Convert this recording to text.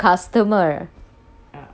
yes